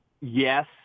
yes